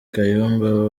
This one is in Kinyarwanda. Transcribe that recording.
kayumba